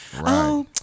Right